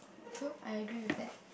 true I agree with that